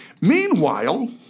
Meanwhile